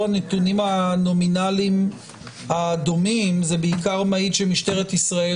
הנתונים הנומינליים הדומים זה בעיקר מעיד שמשטרת ישראל,